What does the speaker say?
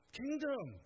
kingdom